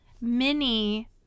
mini